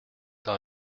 dans